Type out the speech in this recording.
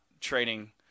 trading